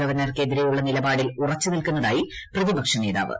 ഗവർണർക്കെതിരെയുള്ള നിലപാടിൽ ഉറച്ചുനിൽക്കുന്നതായി പ്പ്പത്തി പക്ഷ നേതാവ്